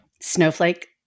Snowflake